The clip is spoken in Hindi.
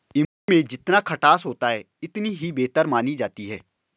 इमली में जितना खटास होता है इतनी ही बेहतर मानी जाती है